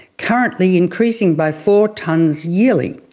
currently increasing by four tonnes yearly.